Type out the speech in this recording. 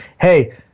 hey –